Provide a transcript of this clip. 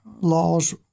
laws